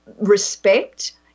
respect